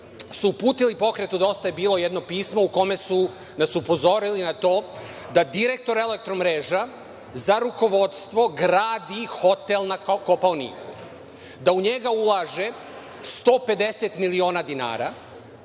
su uputili Pokretu Dosta je bilo jedno pismo u kome su vas upozorili na to da direktor Elektromreža za rukovodstvo gradi hotel na Kopaoniku, da u njega ulaže 150 miliona dinara